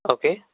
okay